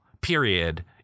period